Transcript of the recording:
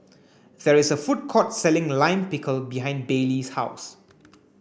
there is a food court selling Lime Pickle behind Bailey's house